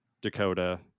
Dakota